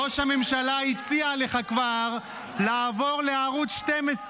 ראש הממשלה כבר הציע לך לעבור לערוץ 12,